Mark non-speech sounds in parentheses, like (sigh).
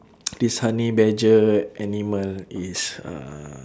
(noise) this honey badger animal is uh